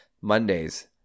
Mondays